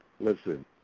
Listen